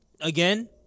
again